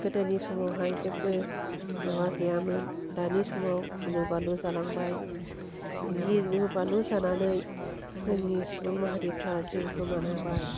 गोदोनि समावहाय जेब्बो माबा गैयामोन दानि समाव गिलु बालु जालांबाय गिलु बालु जानानै जोंनि सुबुं माहारिफ्रा जिउ गोमानांबाय